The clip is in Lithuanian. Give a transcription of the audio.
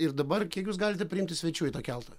ir dabar kiek jūs galite priimti svečių į tą keltą